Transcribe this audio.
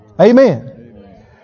Amen